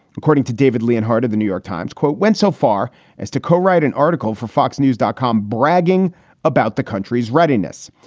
according to david lee and heart of the new york times, quote, went so far as to co-write an article for foxnews dot com bragging about the country's readiness.